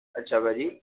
ਅੱਛਾ ਭਾਅ ਜੀ